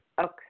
Okay